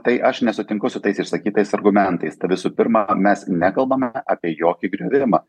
tai aš nesutinku su tais išsakytais argumentais tai visų pirma mes nekalbame apie jokį griovimą